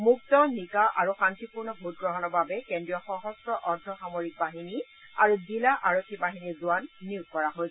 মুক্ত নিকা আৰু শান্তিপূৰ্ণ ভোটগ্ৰহণৰ বাবে কেন্দ্ৰীয় সশস্ত্ৰ অৰ্ধসামৰিক বাহিনী আৰু জিলা আৰক্ষী বাহিনীৰ জোৱান নিয়োগ কৰা হৈছে